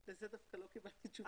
לזה דווקא לא קיבלתי תשובה.